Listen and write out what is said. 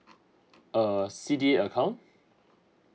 err C D A account